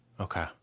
Okay